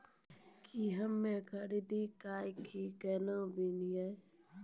की हमर credit card केसे बनिये?